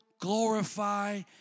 Glorify